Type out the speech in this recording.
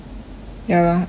ya exactly